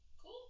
Cool